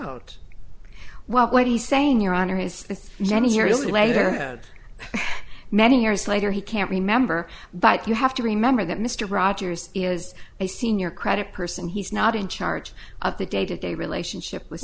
out what he's saying your honor his many years later had many years later he can't remember but you have to remember that mr rogers is a senior credit person he's not in charge of the day to day relationship with